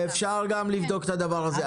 אפשר גם לבדוק את הדבר הזה.